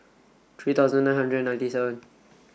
three thousand nine hundred ninety seven